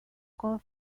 con